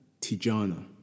Tijana